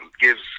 gives